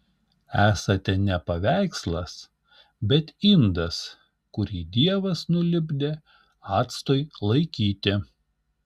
esate ne paveikslas bet indas kurį dievas nulipdė actui laikyti